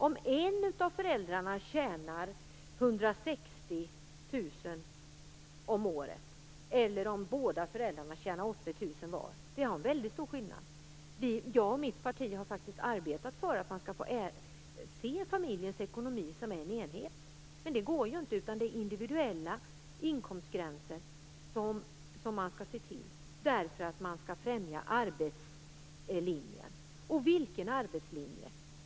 Om den ena föräldern tjänar 160 000 kr om året eller om båda föräldrarna tjänar 80 000 kr var innebär en väldigt stor skillnad. Jag och mitt parti har faktiskt arbetat för att man skall se familjens ekonomi som en enhet, men det går tydligen inte. I stället är det individuella inkomstgränser som man skall se till, därför att arbetslinjen skall främjas. Men vilken arbetslinje?